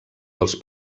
dels